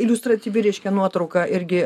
iliustratyvi reiškia nuotrauka irgi